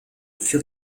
für